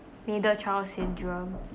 middle child syndrome